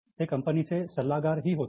ते कंपनीचे सल्लागार ही होते